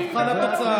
מבחן התוצאה.